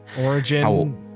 origin